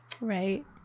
Right